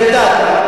ואלדד גם,